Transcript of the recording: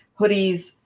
hoodies